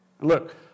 Look